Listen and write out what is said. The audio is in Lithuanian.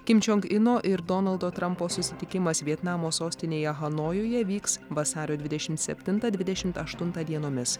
kim čiong ino ir donaldo trampo susitikimas vietnamo sostinėje hanojuje vyks vasario dvidešimt septyntą dvidešimt aštuntą dienomis